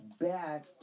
back